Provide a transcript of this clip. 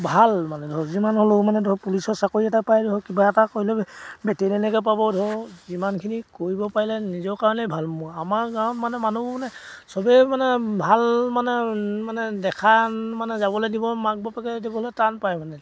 ভাল মানে ধৰক যিমান হ'লেও মানে ধৰক পুলিচৰ চাকৰি এটা পাই ধৰক কিবা এটা কৰিলেও বেটিলেযনকে পাব ধৰক যিমানখিনি কৰিব পাৰিলে নিজৰ কাৰণে ভাল আমাৰ গাঁৱত মানে মানুহবোৰে মানে চবেই মানে ভাল মানে মানে দেখা মানে যাবলৈ দিব মাক বাপকে দিবলৈ টান পায় মানে